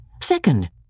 second